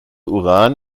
uran